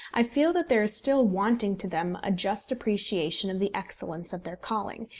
i feel that there is still wanting to them a just appreciation of the excellence of their calling,